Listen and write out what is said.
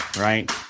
right